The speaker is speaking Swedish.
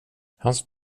hans